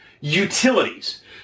utilities